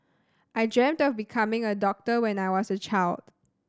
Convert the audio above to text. I dreamt of becoming a doctor when I was a child